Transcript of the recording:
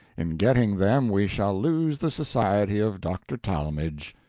in getting them we shall lose the society of dr. talmage.